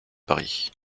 paris